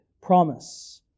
promise